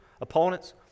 opponents